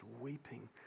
weeping